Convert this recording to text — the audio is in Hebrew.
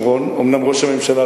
המחיר.